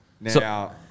Now